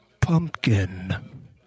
pumpkin